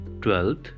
Twelfth